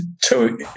two